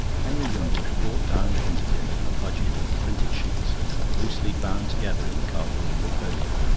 henry wimbush brought down with him to dinner a budget of printed sheets loosely bound together in a cardboard portfolio.